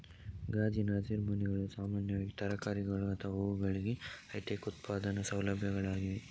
ಗಾಜಿನ ಹಸಿರುಮನೆಗಳು ಸಾಮಾನ್ಯವಾಗಿ ತರಕಾರಿಗಳು ಅಥವಾ ಹೂವುಗಳಿಗೆ ಹೈಟೆಕ್ ಉತ್ಪಾದನಾ ಸೌಲಭ್ಯಗಳಾಗಿವೆ